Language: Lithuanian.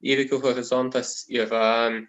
įvykių horizontas yra